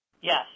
Yes